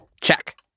Check